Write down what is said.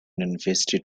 university